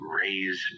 raise